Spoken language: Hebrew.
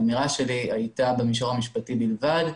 האמירה שלי הייתה במישור המשפטי בלבד,